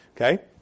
Okay